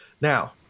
Now